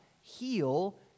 heal